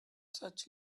such